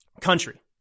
country